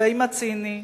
כתבי מציני,